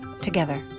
together